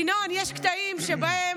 ינון, יש קטעים שבהם,